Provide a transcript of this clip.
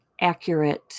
accurate